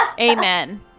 Amen